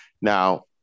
Now